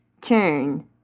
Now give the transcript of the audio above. turn